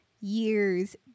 Years